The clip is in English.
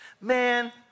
Man